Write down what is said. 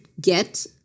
get